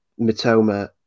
Matoma